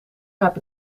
heb